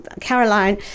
Caroline